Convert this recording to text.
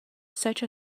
such